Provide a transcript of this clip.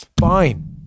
Fine